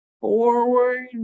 forward